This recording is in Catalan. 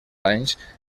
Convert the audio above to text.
anys